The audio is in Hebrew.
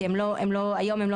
כי היום הם לא